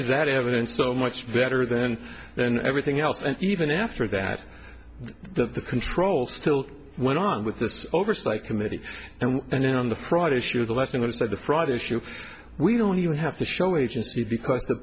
is that evidence so much better than everything else and even after that the control still went on with this oversight committee and then on the friday issue of the lesson was that the fraud issue we don't even have to show agency because the